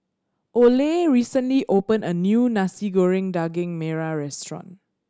Oley recently opened a new Nasi Goreng Daging Merah restaurant